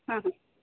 ಹಾಂ ಹಾಂ